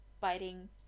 biting